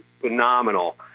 phenomenal